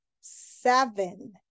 seven